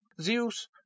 Zeus